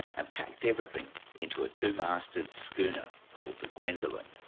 and packed everything into a two-masted schooner called the gwendolen.